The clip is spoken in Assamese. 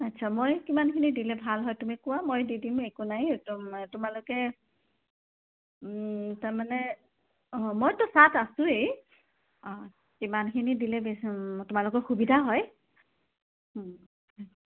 আচ্ছা মই কিমানখিনি দিলে ভাল হয় তুমি কোৱা মই দি দিম একো নাই তোমালোকে তাৰমানে অঁ মইতো তাত আছোঁয়ে অঁ কিমানখিনি দিলে বেছ তোমালোকৰ সুবিধা হয়